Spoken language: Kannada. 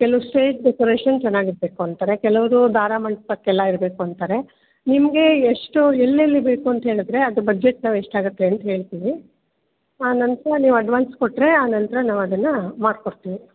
ಕೆಲವರು ಸ್ಟೇಜ್ ಡೆಕೊರೇಷನ್ ಚೆನ್ನಾಗಿರ್ಬೇಕು ಅಂತಾರೆ ಕೆಲವರು ಧಾರೆ ಮಂಟಪಕ್ಕೆಲ್ಲ ಇರಬೇಕು ಅಂತಾರೆ ನಿಮಗೆ ಎಷ್ಟು ಎಲ್ಲೆಲ್ಲಿ ಬೇಕು ಅಂತ ಹೇಳಿದ್ರೆ ಅದ್ರ ಬಜೆಟ್ ಎಷ್ಟಾಗುತ್ತೆ ಅಂತ ಹೇಳ್ತೀವಿ ಅನಂತರ ನೀವು ಅಡ್ವಾನ್ಸ್ ಕೊಟ್ಟರೆ ಅನಂತರ ನಾವು ಅದನ್ನು ಮಾಡ್ಕೊಡ್ತೀವಿ